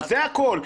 זה הכןל.